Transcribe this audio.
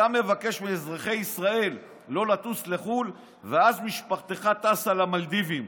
אתה מבקש מאזרחי ישראל לא לטוס לחו"ל ואז משפחתך טסה למלדיביים.